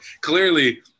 clearly